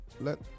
let